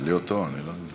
תשאלי אותו, אני,